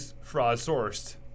fraud-sourced